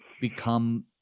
become